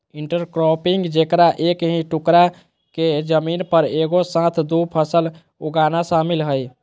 intercropping जेकरा एक ही टुकडा के जमीन पर एगो साथ दु फसल उगाना शामिल हइ